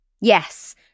Yes